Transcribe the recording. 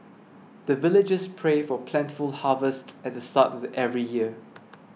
the villagers pray for plentiful harvest at the start of every year